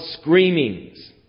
screamings